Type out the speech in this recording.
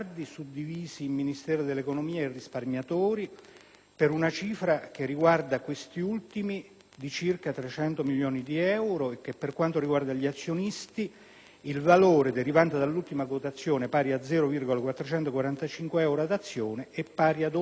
La cifra che riguarda questi ultimi è di circa 300 milioni di euro e, per quanto concerne gli azionisti, il valore derivante dall'ultima quotazione (0,445 euro ad azione) è pari ad oltre 600 milioni di euro.